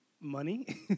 Money